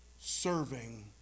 Serving